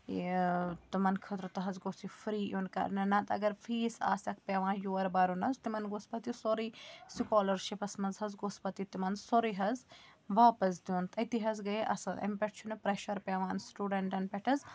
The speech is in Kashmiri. یہِ تٕمَن خٲطرٕ تہ حظ گوٚژھ یہِ فری یُن کَرنہٕ نَتہٕ اگر فیٖس آسیٚکھ پیٚوان یورٕ بَرُن حظ تِمَن گوٚژھ پَتہٕ یہِ سورُے سُکالَرشِپَس منٛز حظ گوٚژھ پَتہٕ یہِ تِمَن سورُے حظ واپَس دیُن أتی حظ گٔیے اَصٕل اَمہِ پٮ۪ٹھ چھُنہٕ پریٮشَر پیٚوان سٹوٗڈَنٹَن پٮ۪ٹھ حظ